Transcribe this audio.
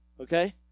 okay